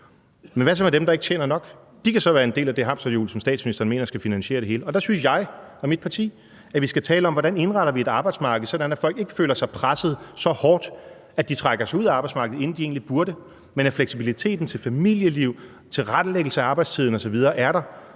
Men hvad så med dem, der ikke tjener nok? De kan så være en del af det hamsterhjul, som statsministeren mener skal finansiere det hele. Og der synes jeg og mit parti, at vi skal tale om, hvordan vi indretter et arbejdsmarked, så folk ikke føler sig presset så hårdt, at de trækker sig ud af arbejdsmarkedet, inden de egentlig burde gøre det, men at fleksibiliteten i forhold til familieliv, tilrettelæggelse af arbejdstid osv. er der,